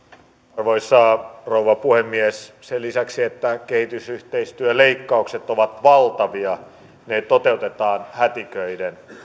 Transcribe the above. arvoisa rouva puhemies sen lisäksi että kehitysyhteistyöleikkaukset ovat valtavia ne toteutetaan hätiköiden